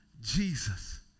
Jesus